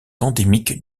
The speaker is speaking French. endémique